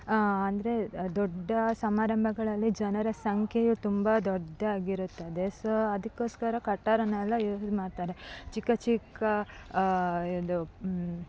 ಅಂದರೆ ದೊಡ್ಡ ಸಮಾರಂಭಗಳಲ್ಲಿ ಜನರ ಸಂಖ್ಯೆಯು ತುಂಬ ದೊಡ್ಡದಾಗಿರುತ್ತದೆ ಸೊ ಅದಕ್ಕೋಸ್ಕರ ಕಟಾರನೆಲ್ಲ ಯೂಸ್ ಮಾಡ್ತಾರೆ ಚಿಕ್ಕ ಚಿಕ್ಕ ಇದು